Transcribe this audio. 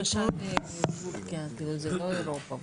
למשל כמו מטורקיה, זה לא אירופה.